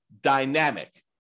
dynamic